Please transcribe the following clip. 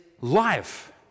life